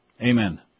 Amen